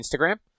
Instagram